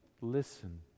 listen